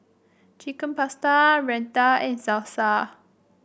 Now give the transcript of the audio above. Chicken Pasta Raita and Salsa